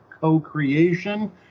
co-creation